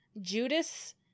Judas